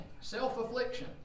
self-affliction